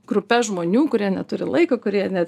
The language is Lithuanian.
grupes žmonių kurie neturi laiko kurie ne